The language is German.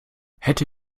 hätte